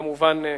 כמובן,